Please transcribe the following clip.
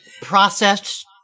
Processed